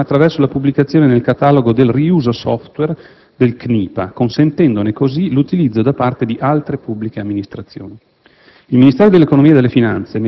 ha promosso la diffusione del sistema attraverso la pubblicazione nel catalogo del riuso *software* del CNIPA, consentendone, così, l'utilizzo da parte di altre pubbliche amministrazioni.